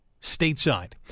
stateside